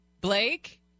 Blake